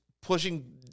pushing